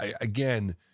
again